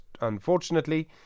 unfortunately